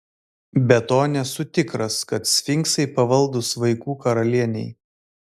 be to nesu tikras kad sfinksai pavaldūs vaikų karalienei